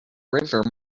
river